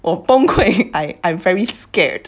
我崩溃 I I'm very scared